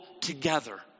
together